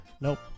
Nope